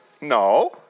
No